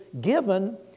given